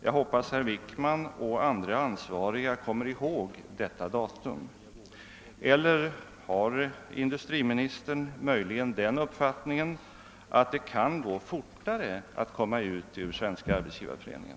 Jag hoppas att herr Wickman och andra ansvariga kommer ihåg detta datum. Eller har industriministern möjligen den uppfattningen, att det kan gå fortare att komma ut ur Svenska arbetsgivareföreningen?